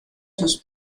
sus